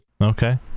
Okay